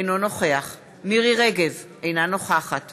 אינו נוכח מירי רגב, אינה נוכחת